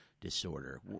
disorder